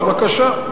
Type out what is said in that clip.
אז בבקשה,